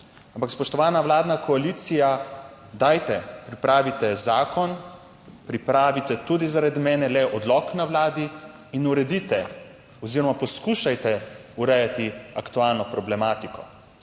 Ampak spoštovana vladna koalicija, dajte, pripravite zakon, pripravite tudi zaradi mene le odlok na Vladi in uredite oziroma poskušajte urejati aktualno problematiko.